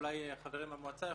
אולי החברים במועצה יוכלו.